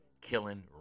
killing